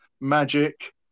magic